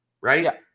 right